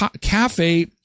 Cafe